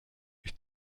ich